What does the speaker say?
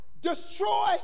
destroy